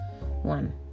one